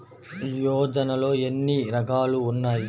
యోజనలో ఏన్ని రకాలు ఉన్నాయి?